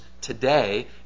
today